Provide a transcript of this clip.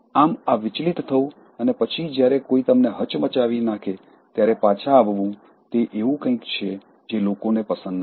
આમ આ વિચલિત થવું અને પછી જ્યારે કોઈ તમને હચમચાવી નાંખે ત્યારે પાછા આવવું તે એવું કંઈક છે જે લોકોને પસંદ નથી